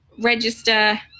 register